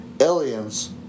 aliens